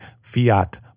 Fiat